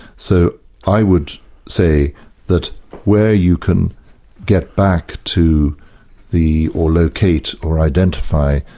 so i would say that where you can get back to the, or locate, or identify,